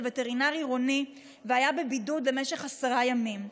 וטרינר עירוני והיה בבידוד במשך עשרה ימים.